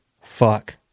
fuck